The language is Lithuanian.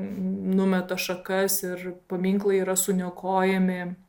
numeta šakas ir paminklai yra suniokojami